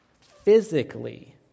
physically